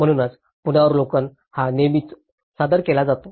म्हणूनच पुनरावलोकन हा नेहमीच सादर केला जातो